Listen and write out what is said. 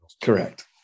Correct